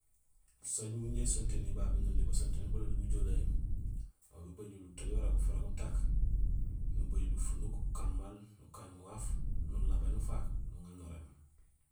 Sooj miin ja ésonténiir babé noli basonténéér bololi bujoleey, aw bébajul utooj wara gufira gutaak, nubajul ufunuk ukaan maal nukaan faaf nulabéén ufaak nuŋaar nuréém.